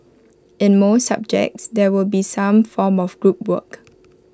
in most subjects there will be some form of group work